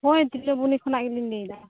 ᱦᱳᱭ ᱛᱤᱞᱟ ᱵᱩᱱᱤ ᱠᱷᱚᱱᱟᱜ ᱜᱮᱞᱤᱝ ᱞᱟ ᱭᱮᱫᱟ